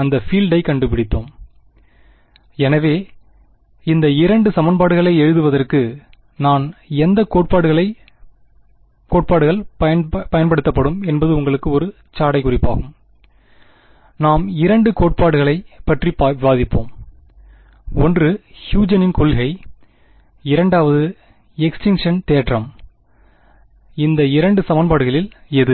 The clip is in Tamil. அந்த பீல்டை கண்டுபிடித்தோம் எனவே இந்த இரண்டு சமன்பாடுகளை எழுதுவதற்கு எந்த கோட்பாடுகள் பயன்படுத்தப்படும் என்பது உங்களுக்கு ஒரு சாடைகுறிப்பாகும் நாம் இரண்டு கோட்பாடுகளைப் பற்றி விவாதிப்போம் ஒன்று ஹ்யூஜனின்Huygen's கொள்கை இரண்டாவது எக்ஸ்டிங்க்ஷன் தேற்றம் இந்த இரண்டு சமன்பாடுகளில் எது